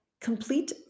complete